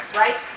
right